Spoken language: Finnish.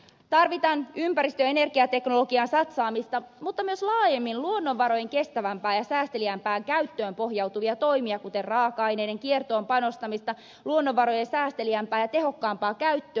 tarvitaan ympäristöenergiateknologiaan satsaamista mutta myös laajemmin luonnonvarojen kestävämpään ja säästeliäämpään käyttöön pohjautuvia toimia kuten raaka aineiden kiertoon panostamista luonnonvarojen säästeliäämpää ja tehokkaampaa käyttöä